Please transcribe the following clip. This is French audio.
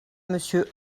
monsieur